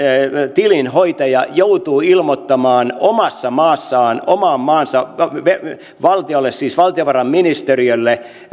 tilinhoitaja joutuu ilmoittamaan omassa maassaan valtiolle siis oman maansa valtiovarainministeriölle